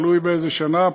תלוי באיזו שנה,